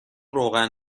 روغن